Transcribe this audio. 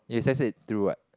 is let's say through what